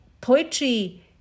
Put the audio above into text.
poetry